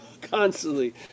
Constantly